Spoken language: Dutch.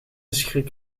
schrik